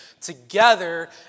together